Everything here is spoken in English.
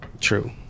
True